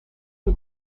اون